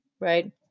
right